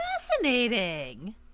fascinating